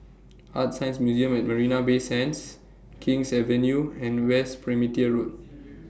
ArtScience Museum At Marina Bay Sands King's Avenue and West Perimeter Road